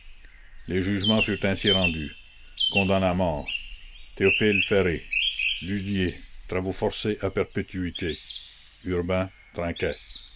les jugements furent ainsi rendus condamnés à mort th ferré lullier travaux forcés à perpétuité urbain trinquet